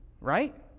right